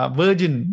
virgin